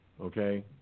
Okay